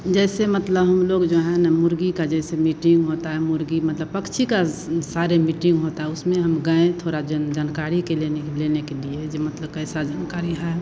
जैसे मतलब हम लोग जो है ना मुर्गी का जैसे मीटिंग होता है मुर्गी मतलब पक्षी का सारे मीटिंग होता है उसमें हम गए थोड़ा जन जानकारी के लिए लेने के लिए मतलब कैसा जानकारी है